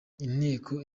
inteko